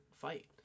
fight